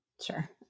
Sure